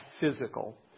physical